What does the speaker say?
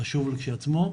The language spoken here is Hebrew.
החשוב שכשלעצמו.